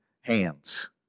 hands